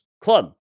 club